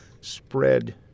spread